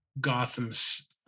gotham's